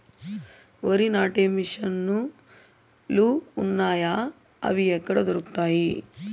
వరి నాటే మిషన్ ను లు వున్నాయా? అవి ఎక్కడ దొరుకుతాయి?